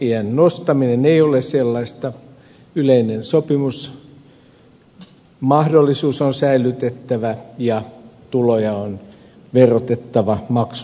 eläkeiän nostaminen ei ole sellaista yleinen sopimusmahdollisuus on säilytettävä ja tuloja on verotettava veronmaksukyvyn mukaan